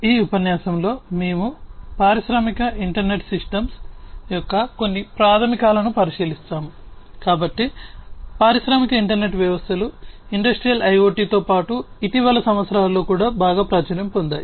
ఈ ఉపన్యాసంలో మేము పారిశ్రామిక పాటు ఇటీవలి సంవత్సరాలలో కూడా బాగా ప్రాచుర్యం పొందాయి